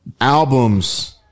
albums